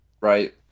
Right